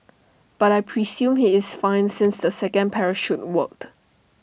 but I presume he is fine since the second parachute worked